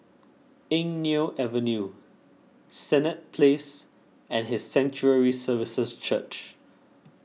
Eng Neo Avenue Senett Place and His Sanctuary Services Church